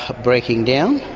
breaking down.